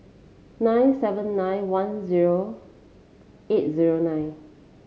nine seven nine one zero eight zero nine